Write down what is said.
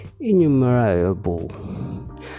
innumerable